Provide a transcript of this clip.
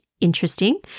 interesting